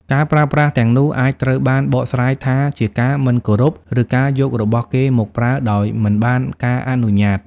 ការប្រើប្រាស់ទាំងនោះអាចត្រូវបានបកស្រាយថាជាការមិនគោរពឬការយករបស់គេមកប្រើដោយមិនបានការអនុញ្ញាត។